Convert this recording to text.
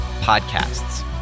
podcasts